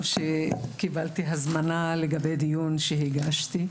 וגם בגלל שקיבלתי הזמנה לגבי דיון שהגשתי.